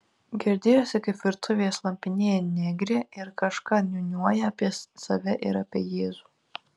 girdėjosi kaip virtuvėje slampinėja negrė ir kažką niūniuoja apie save ir apie jėzų